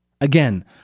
Again